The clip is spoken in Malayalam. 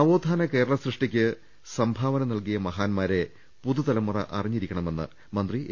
നവോത്ഥാന കേരള സൃഷ്ടിക്ക് സംഭാവന നൽകിയ മഹാൻമാ രെ പുതുതലമുറ അറിഞ്ഞിരിക്കണമെന്ന് മന്ത്രി എ